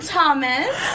Thomas